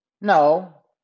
No